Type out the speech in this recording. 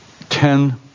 Ten